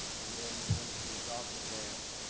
and then, once you adopted that,